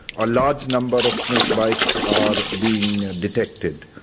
a large number of snakebites are being detected.